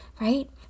right